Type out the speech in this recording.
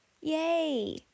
Yay